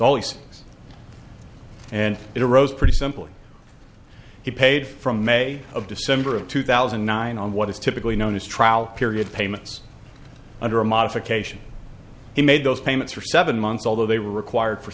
always and it arose pretty simply he paid from may of december of two thousand and nine on what is typically known as trial period payments under a modification he made those payments for seven months although they were required for